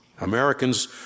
Americans